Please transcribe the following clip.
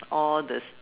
all this